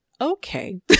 Okay